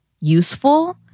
useful